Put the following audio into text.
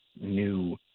new